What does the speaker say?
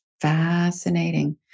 fascinating